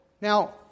Now